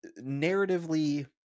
narratively